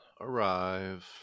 arrive